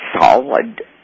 solid